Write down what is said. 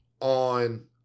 on